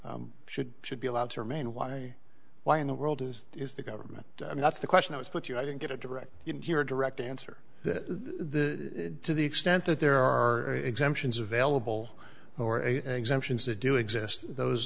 should should be allowed to remain why why in the world is is the government i mean that's the question i was put to you i didn't get a direct your direct answer that the to the extent that there are exemptions available or exemptions that do exist those